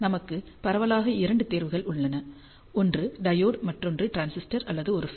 நமக்கு பரவலாக இரண்டு தேர்வுகள் உள்ளன ஒன்று டையோடு மற்றொன்று டிரான்சிஸ்டர் அல்லது ஒரு FET